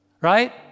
right